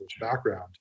background